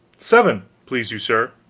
seven, please you, sir,